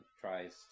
tries